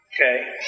Okay